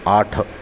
आठ